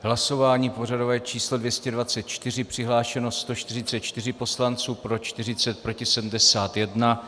Hlasování pořadové číslo 224, přihlášeno 144 poslanců, pro 40, proti 71.